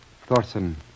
Thorson